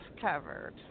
covered